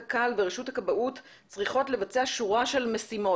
קק"ל ורשות הכבאות צריכות לבצע שורה של משימות.